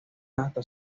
hasta